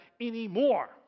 anymore